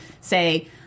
say